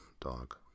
dog